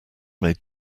made